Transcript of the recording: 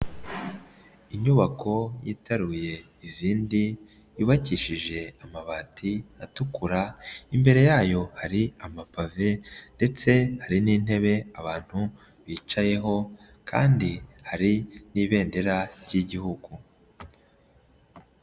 Inyubako yitaruye izindi yubakishije amabati atukura, imbere yayo hari amapave ndetse hari n'intebe abantu bicayeho kandi hari n'ibendera ry'igihugu.